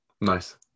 Nice